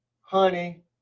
honey